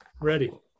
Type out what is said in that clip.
ready